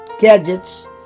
gadgets